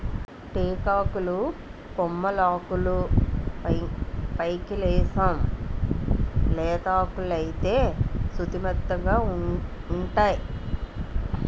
టేకాకులు కొమ్మలాకులు పైకెలేస్తేయ్ లేతాకులైతే సుతిమెత్తగావుంటై